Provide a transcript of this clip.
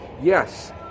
yes